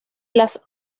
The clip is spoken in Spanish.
las